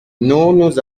nous